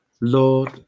Lord